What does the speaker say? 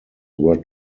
were